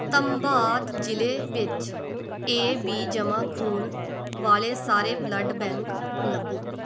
ਧੰਬਾਦ ਜ਼ਿਲ੍ਹੇ ਵਿੱਚ A B ਜਮ੍ਹਾਂ ਖੂਨ ਵਾਲੇ ਸਾਰੇ ਬਲੱਡ ਬੈਂਕ ਲੱਭੋ